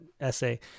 essay